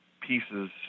pieces